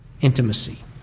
intimacy